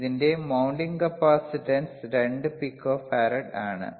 ഇതിന്റെ mounting capacitance 2 picofarad ആണ്